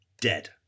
dead